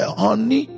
honey